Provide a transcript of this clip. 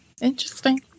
Interesting